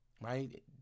right